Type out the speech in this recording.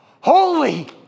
Holy